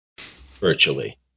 virtually